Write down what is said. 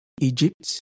Egypt